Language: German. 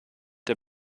dem